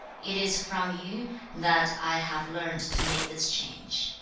it is from yu that i have learned to make this change